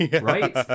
right